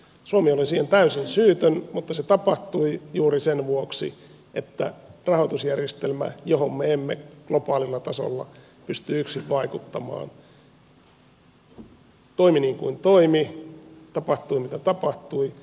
suomi oli siihen täysin syytön mutta se tapahtui juuri sen vuoksi että rahoitusjärjestelmä johon me emme globaalilla tasolla pysty yksin vaikuttamaan toimi niin kuin toimi tapahtui mitä tapahtui